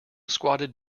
squatted